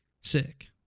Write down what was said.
sick